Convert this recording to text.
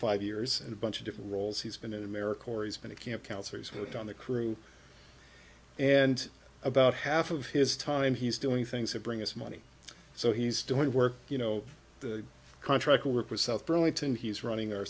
five years in a bunch of different roles he's been in america corey's been a camp counselors who don the crew and about half of his time he's doing things that bring us money so he's doing work you know the contract work with south burlington he's running o